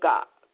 God